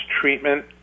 treatment